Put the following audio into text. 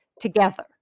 together